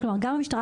כלומר גם המשטרה,